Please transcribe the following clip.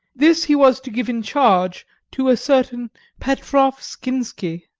this he was to give in charge to a certain petrof skinsky,